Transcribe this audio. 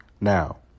Now